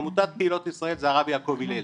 עמותת קהילות ישראל זה הרב יעקב הלל.